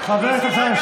חבר הכנסת אמסלם,